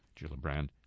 Gillibrand